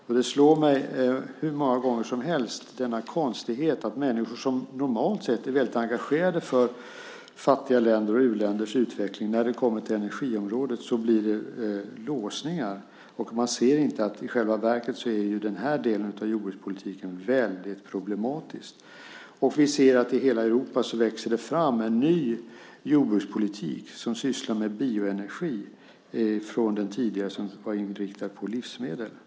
Jag slås hur många gånger som helst av denna konstighet: Människor kan normalt sett vara väldigt engagerade för fattiga länders och u-länders utveckling, men när det kommer till energiområdet blir det låsningar. Man ser inte att denna del av jordbrukspolitiken i själva verket är väldigt problematisk. Vi ser att det i hela Europa växer fram en ny jordbrukspolitik som sysslar med bioenergi, till skillnad från den tidigare som var inriktad på livsmedel.